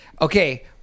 Okay